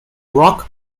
rock